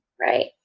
right